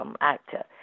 actor